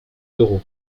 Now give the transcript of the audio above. euro